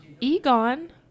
Egon